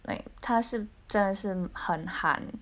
like 它是真的是很寒